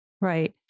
Right